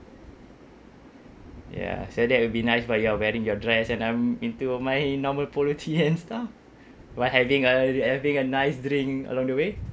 ya so that will be nice while you are wearing your dress and I'm into my normal polo tee and stuff while having a having a nice drink along the way